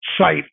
site